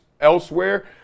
elsewhere